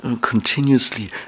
continuously